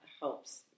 helps